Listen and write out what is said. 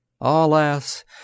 Alas